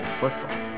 football